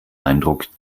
eindruck